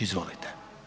Izvolite.